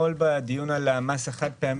אתמול בדיון על המס על הכלים החד-פעמיים,